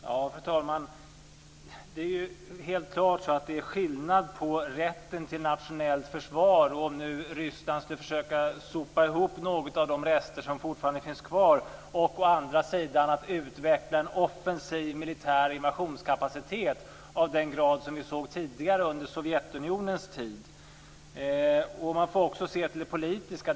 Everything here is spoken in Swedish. Fru talman! Det är helt klart att det är skillnad på rätten till nationellt försvar, om nu Ryssland skall försöka sopa ihop något av de rester som fortfarande finns kvar, och att utveckla en offensiv militär invasionskapacitet av den grad som vi såg tidigare under Sovjetunionens tid. Man får också se till det politiska.